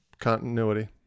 Continuity